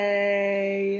Hey